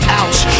ouch